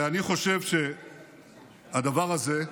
ואני חושב שהדבר הזה,